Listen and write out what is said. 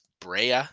brea